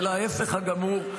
אלא ההפך הגמור.